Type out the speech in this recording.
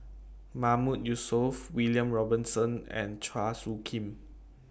Mahmood Yusof William Robinson and Chua Soo Khim